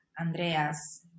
Andreas